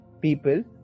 people